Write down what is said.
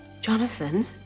jonathan